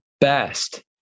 best